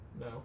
No